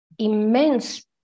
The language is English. immense